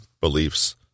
beliefs